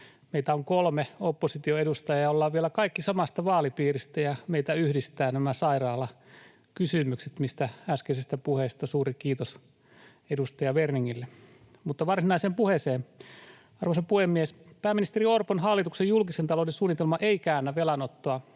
Meitä on kolme oppositioedustajaa, olemme vielä kaikki samasta vaalipiiristä ja meitä yhdistää nämä sairaalakysymykset, mistä äskeisestä puheesta suuri kiitos edustaja Werningille. Mutta sitten varsinaiseen puheeseen. Arvoisa puhemies! Pääministeri Orpon hallituksen julkisen talouden suunnitelma ei käännä velanottoa